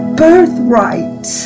birthright